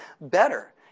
better